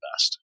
best